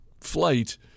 flight